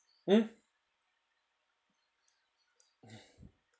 mm